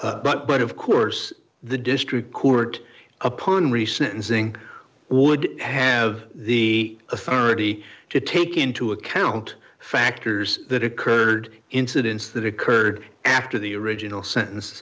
correct but of course the district court upon recent using would have the authority to take into account factors that occurred incidents that occurred after the original sentence